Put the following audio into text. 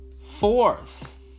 fourth